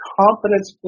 confidence